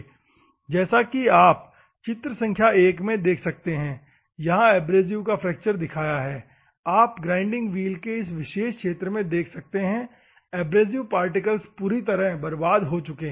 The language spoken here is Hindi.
जैसा कि आप चित्र संख्या एक में देख सकते हैं यहां एब्रेसिव का फ्रैक्चर दिखाया है आप ग्राइंडिंग व्हील के इस विशेष क्षेत्र में देख सकते हैं एब्रेसिव पार्टिकल्स पूरी तरह बर्बाद हो चुके हैं